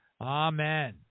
Amen